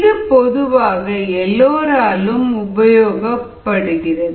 இது பொதுவாக எல்லோராலும் உபயோகிக்கப்படுகிறது